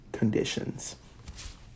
conditions